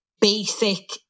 basic